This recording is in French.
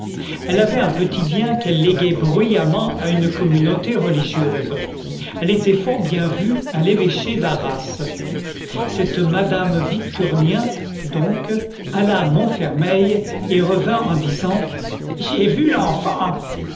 elle avait un petit bien qu'elle léguait bruyamment à une communauté religieuse elle était fort bien vue à l'évêché d'arras cette madame victurnien donc alla à montfermeil et revint en disant j'ai vu l'enfant